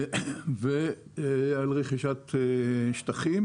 ורכישת שטחים.